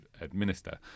administer